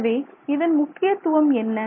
எனவே இதன் முக்கியத்துவம் என்ன